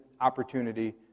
opportunity